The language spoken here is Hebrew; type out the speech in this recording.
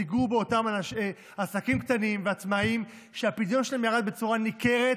תיגעו באותם עסקים קטנים ועצמאים שהפדיון שלהם ירד בצורה ניכרת.